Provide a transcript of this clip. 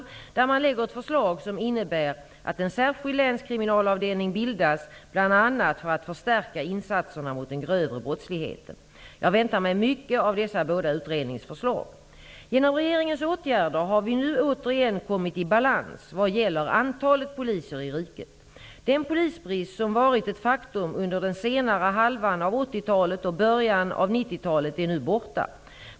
I den lägger man fram ett förslag som innebär att en särskild länskriminalavdelning bildas bl.a. för att förstärka insatserna mot den grövre brottsligheten. Jag väntar mig mycket av dessa båda utredningsförslag. Genom regeringens åtgärder har vi nu återigen kommit i balans vad gäller antalet poliser i riket. Den polisbrist som har varit ett faktum under den senare halvan av 1980-talet och början av 1990-talet är nu borta.